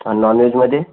आणि नॉनवेजमध्ये